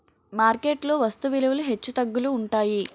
market లో వస్తు విలువలు హెచ్చుతగ్గులు ఉంటాయి